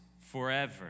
forever